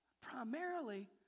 primarily